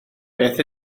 beth